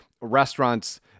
restaurants